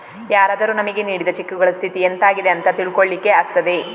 ಯಾರಾದರೂ ನಮಿಗೆ ನೀಡಿದ ಚೆಕ್ಕುಗಳ ಸ್ಥಿತಿ ಎಂತ ಆಗಿದೆ ಅಂತ ತಿಳ್ಕೊಳ್ಳಿಕ್ಕೆ ಆಗ್ತದೆ